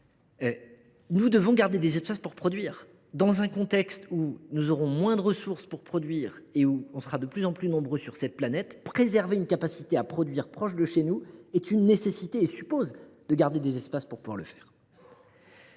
nous devons conserver des espaces pour produire. Dans un contexte où nous aurons moins de ressources qu’auparavant pour produire et où nous serons de plus en plus nombreux sur cette planète, préserver une capacité à produire près de chez nous est une nécessité et suppose d’y consacrer des espaces. Ce n’est